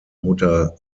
mutter